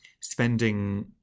spending